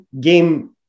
game